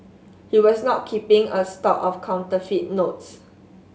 he was not keeping a stock of counterfeit notes